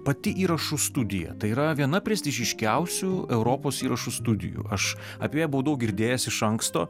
pati įrašų studija tai yra viena prestižiškiausių europos įrašų studijų aš apie ją buvau daug girdėjęs iš anksto